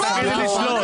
תגידי לשלוט.